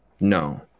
No